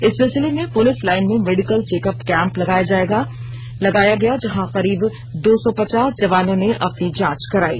इस सिलसिले में पुलिस लाइन में मेडिकल चेकअप कैंप लगाया गया जहां करीब दो सौ पचास जवानों ने अपनी जांच कराई